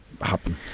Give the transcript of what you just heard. happen